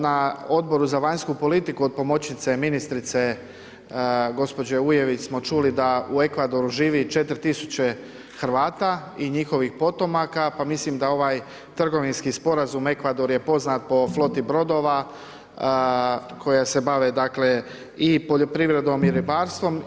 Na Odboru za vanjsku politiku, od pomoćnice ministrice Ujević smo čuli da u Ekvadoru živi 4000 Hrvata i njihovih potomaka, pa mislim da trgovinski sporazum Ekvador je poznat po floti brodova, koje se bavi i poljoprivredom i ribarstvom.